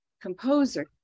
composer